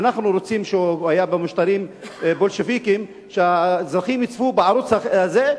היה במשטרים בולשביקיים שהאזרחים יצפו בערוץ הזה,